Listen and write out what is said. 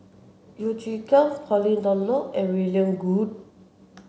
Yeo Chee Kiong Pauline Dawn Loh and William Goode